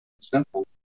Simple